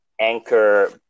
anchor